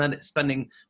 spending